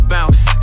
Bounce